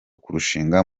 kurushinga